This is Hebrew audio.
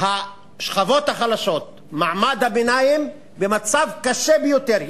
השכבות החלשות, מעמד הביניים, במצב קשה ביותר.